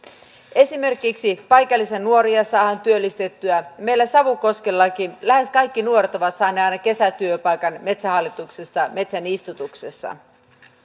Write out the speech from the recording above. esimerkiksi paikallisia nuoria saadaan työllistettyä meillä savukoskellakin lähes kaikki nuoret ovat saaneet aina kesätyöpaikan metsähallituksesta metsänistutuksessa